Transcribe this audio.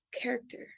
character